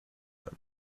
them